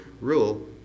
rule